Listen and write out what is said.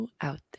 Out